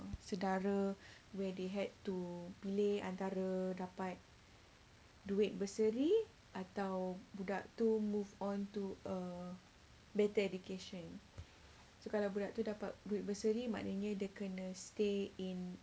saudara where they had to lay antara dapat duit bursary atau budak tu move on to a better education so kalau budak tu dapat duit bursary maknanya dia kena stay in